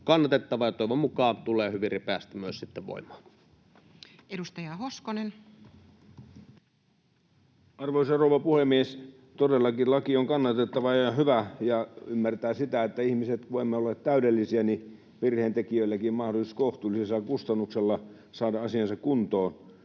kannatettava ja toivon mukaan tulee hyvin ripeästi myös sitten voimaan. Edustaja Hoskonen. Arvoisa rouva puhemies! Todellakin laki on kannatettava ja hyvä, ja se ymmärtää sitä, että kun me ihmiset emme ole täydellisiä, niin virheen tekijöilläkin on mahdollisuus kohtuullisella kustannuksella saada asiansa kuntoon.